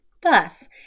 Thus